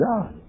God